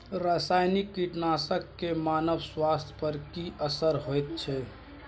रसायनिक कीटनासक के मानव स्वास्थ्य पर की असर होयत छै?